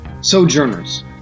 sojourners